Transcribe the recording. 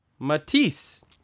Matisse